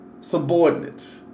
subordinates